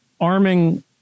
arming